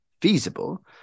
feasible